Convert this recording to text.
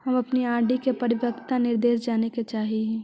हम अपन आर.डी के परिपक्वता निर्देश जाने के चाह ही